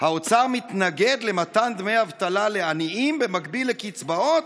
"האוצר מתנגד למתן דמי אבטלה לעניים במקביל לקצבאות",